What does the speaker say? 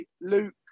Luke